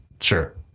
Sure